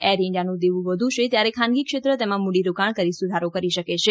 air ઇન્ડીયાનું દેવું વધુ છે ત્યારે ખાનગીક્ષેત્ર તેમાં મૂડીરોરાણ કરી સુધારો કરી શકે છે